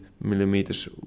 millimeters